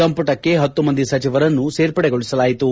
ಸಂಪುಟಕ್ಕೆ ಹತ್ತು ಮಂದಿ ಸಚಿವರನ್ನು ಸೇರ್ಪಡೆಗೊಳಿಸಲಾಯಿತು